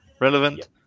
relevant